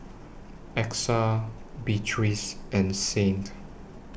Exa Beatriz and Saint